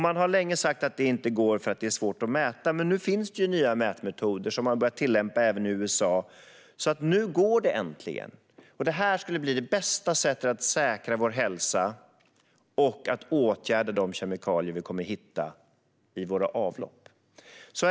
Man har länge sagt att detta inte går därför att det är svårt att mäta, men nu finns nya mätmetoder som har börjat tillämpas även i USA. Nu går det äntligen. Detta skulle vara bästa sättet att säkra vår hälsa och åtgärda de kemikalier vi kommer att hitta i våra avlopp.